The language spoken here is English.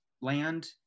land